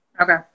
Okay